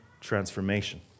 transformation